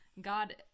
God